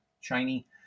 shiny